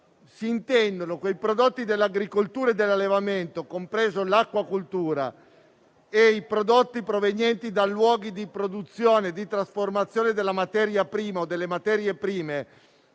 si intendono quei prodotti dell'agricoltura e dell'allevamento, compresa l'acquacoltura, e i prodotti provenienti da luoghi di produzione e di trasformazione della materia prima o delle materie prime